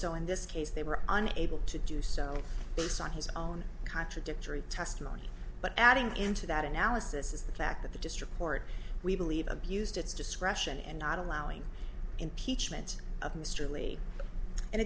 so in this case they were unable to do so based on his own contradictory testimony but adding into that analysis is the fact that the district court we believe abused its discretion and not allowing impeachment of mr